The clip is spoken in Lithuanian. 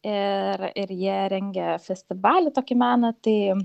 ir ir jie rengia festivalį tokį meno tai